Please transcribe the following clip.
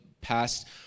past